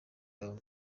babamo